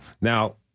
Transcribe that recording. Now